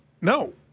No